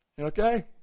Okay